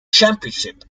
championship